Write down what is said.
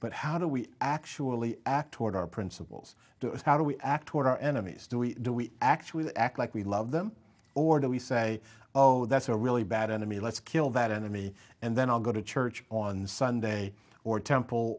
but how do we actually act toward our principles how do we act toward our enemies do we do we actually act like we love them or do we say oh that's a really bad enemy let's kill that enemy and then i'll go to church on sunday or temple